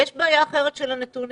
יש בעיה אחרת של הנתונים,